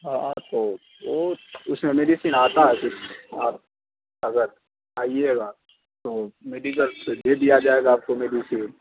ہاں ہاں تو وہ اس میں میڈیسین آتا ہے پھر آپ اگر آئیے گا تو میڈیکل سے دے دیا جائے گا آپ کو میڈیسین